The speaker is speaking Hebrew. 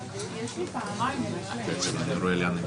ואתם רוצים הארכה כי התיקים האלה - בסדר גמור.